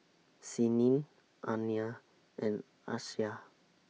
Senin Aina and Aisyah